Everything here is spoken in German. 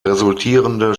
resultierende